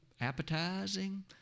appetizing